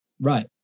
Right